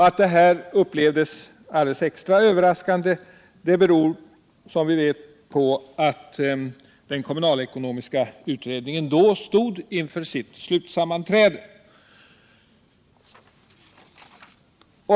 Att detta upplevdes alldeles extra överraskande beror som vi vet på att den kommunalekonomiska utredningen då stod inför sitt slutsammanträde.